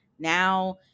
Now